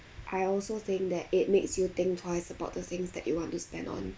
I also think that it makes you think twice about the things that you want to spend on